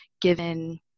given